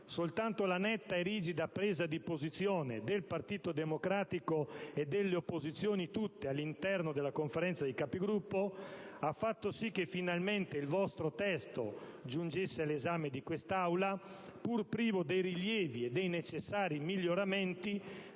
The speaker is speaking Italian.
Soltanto la netta e rigida presa di posizione del Partito Democratico e delle opposizioni tutte all'interno della Conferenza dei Capigruppo ha fatto sì che, finalmente, il vostro testo giungesse all'esame di quest'Aula, pur privo dei rilievi e dei necessari miglioramenti